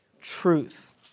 truth